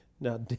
Now